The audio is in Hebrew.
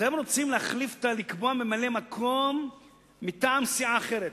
אתם רוצים לקבוע ממלא-מקום מטעם סיעה אחרת.